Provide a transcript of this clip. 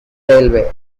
railway